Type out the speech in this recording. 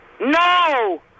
No